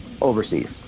overseas